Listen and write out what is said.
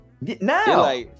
Now